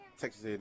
texas